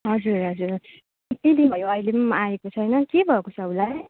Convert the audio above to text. हजुर हजुर निक्कै दिन भयो अहिले पनि आएको छैन के भएको छ उसलाई